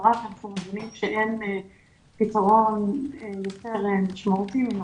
משטרה כי אנחנו מבינים שאין פתרון יותר משמעותי מאשר